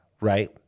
right